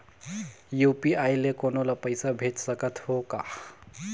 UPI ले कोनो ला पइसा भेज सकत हों का?